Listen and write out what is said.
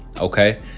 Okay